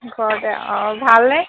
ঘৰতে অঁ ভালনে